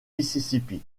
mississippi